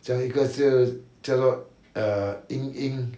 这样一个就叫做 err ying ying